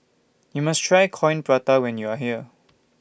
YOU must Try Coin Prata when YOU Are here